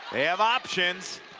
they have options.